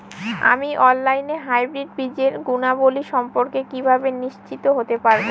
আমি অনলাইনে হাইব্রিড বীজের গুণাবলী সম্পর্কে কিভাবে নিশ্চিত হতে পারব?